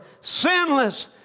sinless